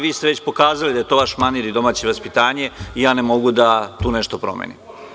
Vi ste već pokazali da je to vaš manir i domaće vaspitanje i ja ne mogu da tu nešto promenim.